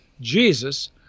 Jesus